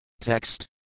Text